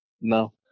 No